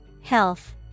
Health